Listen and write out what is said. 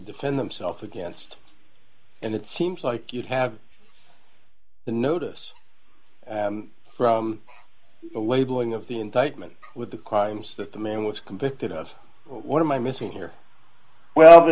defend themselves against and it seems like you have the notice from the labeling of the indictment with the crimes that the man was convicted of what am i missing here well the